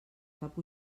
cap